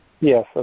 Yes